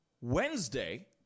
Wednesday